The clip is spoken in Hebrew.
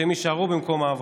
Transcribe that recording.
שהם יישארו במקום העבודה.